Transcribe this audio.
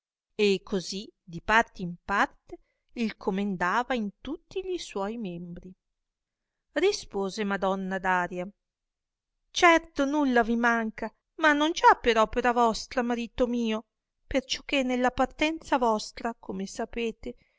e così di parte in parte il comendava in tutti gli suoi membri rispose madonna daria certo nulla vi manca ma non già per opera vostra marito mio perciò che nella ptirtanza vostra come sapete